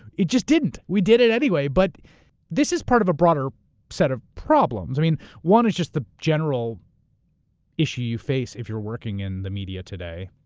it just didn't. we did it anyway. but this is part of a broader set of problems. i mean, one is just the general issue you face if you're working in the media today,